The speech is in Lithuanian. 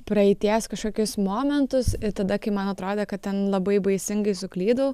praeities kažkokius momentus tada kai man atrodė kad ten labai baisingai suklydau